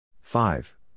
Five